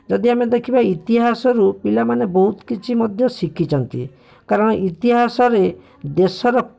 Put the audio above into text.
ଯଦି ଆମେ ଦେଖିବା ଇତିହାସରୁ ପିଲାମାନେ ବହୁତ କିଛି ମଧ୍ୟ ଶିଖିଛନ୍ତି କାରଣ ଇତିହାସରେ ଦେଶର